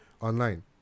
online